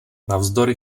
navzdory